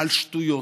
על שטויות,